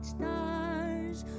Stars